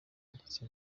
ndetse